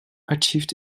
achieved